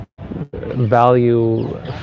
value